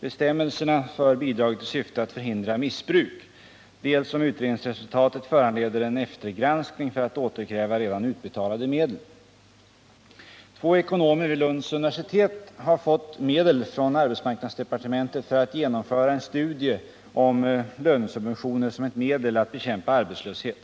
bestämmelserna för bidraget i syfte att förhindra missbruk, dels om utredningsresultaten föranleder en eftergranskning för att återkräva redan utbetalade medel. Två ekonomer vid Lunds universitet har fått medel från arbetsmarknadsdepartementet för att genomföra en studie om lönesubventioner som ett medel att bekämpa arbetslöshet.